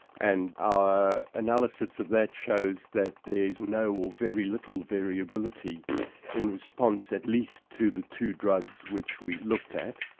and our analysis of that shows that there's no, or very little, variability in response at least to the two drugs which we looked at.